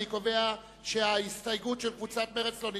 אני קובע שההסתייגות של קבוצת מרצ לא נתקבלה.